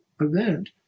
event